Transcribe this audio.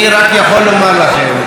אני רק יכול לומר לכם,